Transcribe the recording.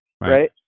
right